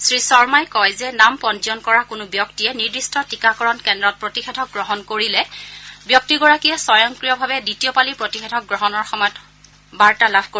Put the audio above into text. শ্ৰীশমহি কয় যে নাম পঞ্জীয়ন কৰা কোনো ব্যক্তিয়ে নিৰ্দিষ্ট টীকাকৰণ কেন্দ্ৰত প্ৰতিষেধক গ্ৰহণ কৰিলে ব্যক্তিগৰাকীয়ে স্বয়ংক্ৰিয়ভাৱে দ্বিতীয় পালি প্ৰতিষেধক গ্ৰহণৰ সময় সন্দৰ্ভত বাৰ্তা লাভ কৰে